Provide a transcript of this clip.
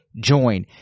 join